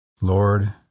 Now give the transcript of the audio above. Lord